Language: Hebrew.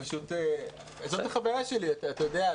זאת החוויה שלנו.